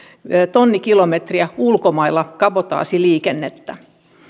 tonnikilometriä ulkomailla kabotaasiliikennettä